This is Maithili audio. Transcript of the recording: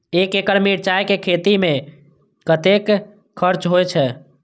एक एकड़ मिरचाय के खेती में कतेक खर्च होय छै?